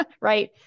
right